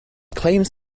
claims